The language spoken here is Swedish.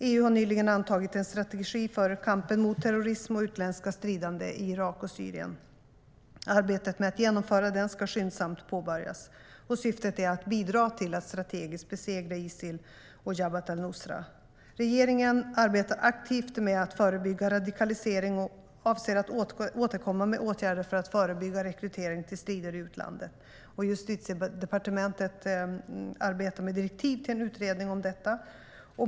EU har nyligen antagit en strategi för kampen mot terrorism och utländska stridande i Irak och Syrien. Arbetet med att genomföra den ska skyndsamt påbörjas. Syftet är att bidra till att strategiskt besegra Isil och Jabhat al-Nusra. Regeringen arbetar aktivt med att förebygga radikalisering och avser att återkomma med åtgärder för att förebygga rekrytering till strider i utlandet. Justitiedepartementet arbetar med direktiv till en utredning om detta.